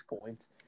points